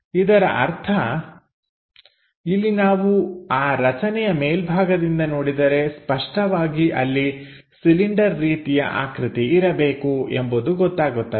ಇದರ ಅರ್ಥ ಇಲ್ಲಿ ನಾವು ಆ ರಚನೆಯ ಮೇಲ್ಭಾಗದಿಂದ ನೋಡಿದರೆ ಸ್ಪಷ್ಟವಾಗಿ ಅಲ್ಲಿ ಸಿಲಿಂಡರ್ ರೀತಿಯ ಆಕೃತಿ ಇರಬೇಕು ಎಂಬುದು ಗೊತ್ತಾಗುತ್ತದೆ